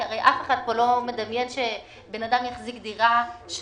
כי הרי אף אחד לא מדמיין פה שאדם יחזיק דירה שלוש